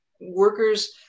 workers